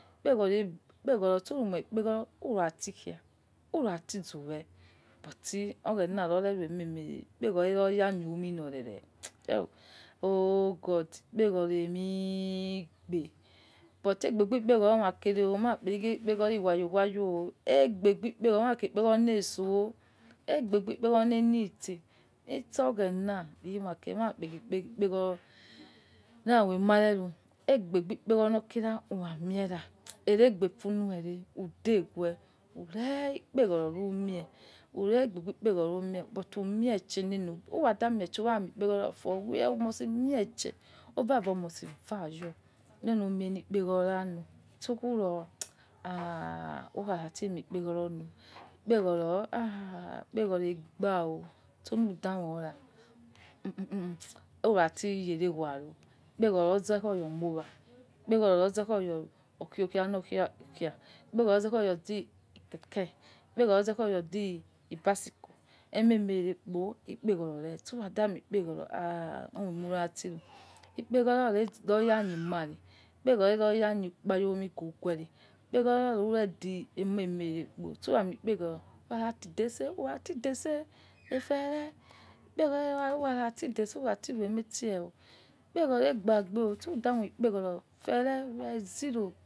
Ikpeghoro ikpeghoro sumoi ikpegho ro urati urati zowe buti oghena hore ememe rere kpo ikpeghoro roya kho' omi ni rere oh god, ikpeghoro emigbe but egbebi ikpeghoro mai kere o mai kere ikpeghoro wayo wayo, egbebi ikpeghoro owa kici ekpeghoro leso egbebi kpeghoro lelit isoghena in ma kere mai kere ikpeghoro rai mai mare tu, egbebi kpeghoro no kira ukhamera iregbe fuluere udegwe uregbebi kpeghoro lumie umieshe uwa mie she ura mi ikpeghoro fuel uniust mie she obaba must varyo so khuro haha okhara phe mie ikpeghoro haha ikpeghoro gba sehiza moi urati khefie ghuaro ikpeghoro yoze oya mowa ikpeghoro loze oya kho kha lo kha ghua ro. Ikpeghoro loze oya di keke ikpeghoro loze oya die bicycle ememe rere kpo ikpeghoro ye suwa da unie ikpeghoro ha imiemu rati ru ikpeghoro lorowa remare ikpeghoro lorawa yali alico gware ikheghoro lure di ememe rere kpo suwa mi ikpeghoro warati desel ghua urati desel efe re urati desel urati rume ife owo suda moi ikpeghoro efe re you are a zero.